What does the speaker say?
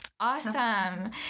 awesome